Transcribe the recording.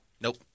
Nope